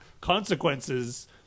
consequences